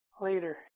later